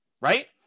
right